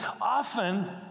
Often